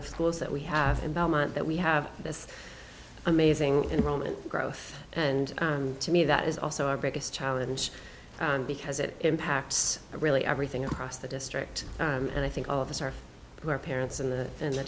of schools that we have in belmont that we have this amazing enrollment growth and to me that is also our biggest challenge because it impacts really everything across the district and i think all of us are who are parents in the in the